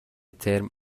ترم